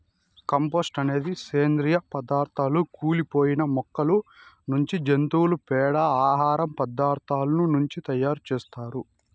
compost అనేది సేంద్రీయ పదార్థాల కుళ్ళి పోయిన మొక్కల నుంచి, జంతువుల పేడ, ఆహార పదార్థాల నుంచి తయారు చేత్తారు